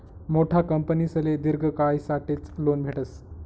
मोठा कंपनीसले दिर्घ कायसाठेच लोन भेटस